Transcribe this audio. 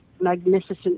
magnificent